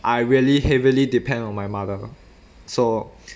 I really heavily depend on my mother so